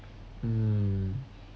mm